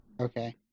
Okay